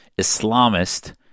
Islamist